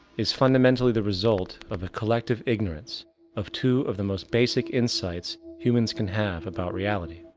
is fundamentally the result of a collective ignorance of two of the most basic insights humans can have about reality.